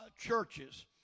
churches